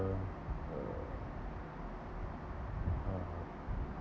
uh uh